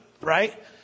right